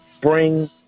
bring